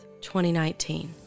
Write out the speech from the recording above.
2019